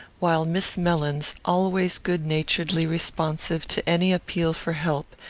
while miss mellins, always good-naturedly responsive to any appeal for help,